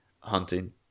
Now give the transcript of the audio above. hunting